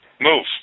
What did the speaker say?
Move